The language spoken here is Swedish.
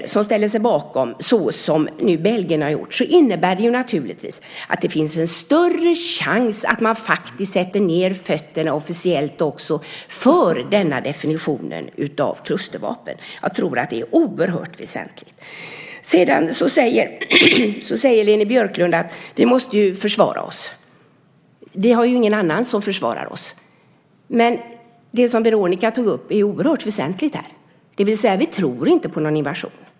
Om fler ställer sig bakom, som nu Belgien har gjort, innebär det naturligtvis en större chans att man faktiskt sätter ned fötterna officiellt för denna definition av klustervapen. Jag tror att det är oerhört väsentligt. Sedan säger Leni Björklund att vi måste försvara oss. Vi har ju ingen annan som försvarar oss. Här är dock det som Veronica tog upp oerhört väsentligt: Vi tror inte på någon invasion.